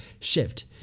shift